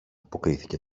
αποκρίθηκε